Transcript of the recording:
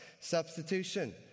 substitution